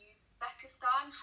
Uzbekistan